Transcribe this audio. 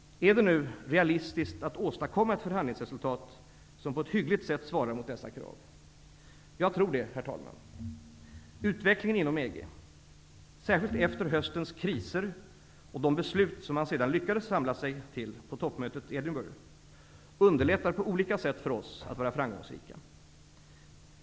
Är det nu realistiskt att åstadkomma ett förhandlingsresultat som på ett hyggligt sätt svarar mot dessa krav? Jag tror det, herr talman. Utvecklingen inom EG, särskilt efter höstens kriser och de beslut som man sedan lyckades samla sig till på toppmötet i Edingburgh, underlättar på olika sätt för oss att vara framgångsrika.